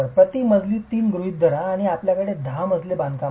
प्रति मजली 3 m गृहित धरा आणि आपल्याकडे 10 मजले बांधकाम आहे